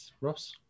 Ross